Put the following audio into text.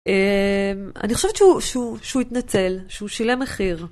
אני חושבת שהוא התנצל, שהוא שילם מחיר.